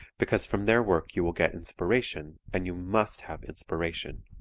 because from their work you will get inspiration, and you must have inspiration.